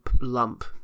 lump